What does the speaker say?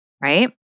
right